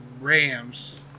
Rams